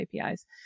APIs